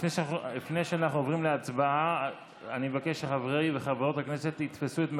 לפני שאנחנו עוברים להצבעה אני מבקש שחברי וחברות הכנסת יתפסו את מקומם,